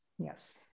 Yes